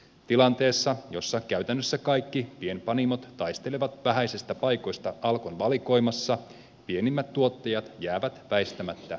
tilanteessa jossa käytännössä kaikki pienpanimot taistelevat vähäisistä paikoista alkon valikoimassa pienimmät tuottajat jäävät väistämättä jalkoihin